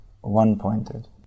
one-pointed